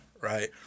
right